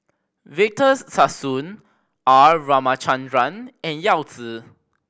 Victor Sassoon R Ramachandran and Yao Zi